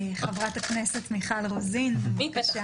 חברת הכנסת מיכל רוזין, בבקשה.